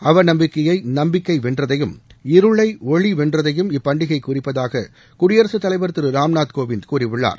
அவநம்பிக்கையை நம்பிக்கை வென்றதையும் இருளை ஒளி வென்றதையும் இப்பண்டிகை குறிப்பதாக குடியரசுத் தலைவர் திரு ராம்நாத் கோவிந்த் கூறியுள்ளார்